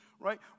Right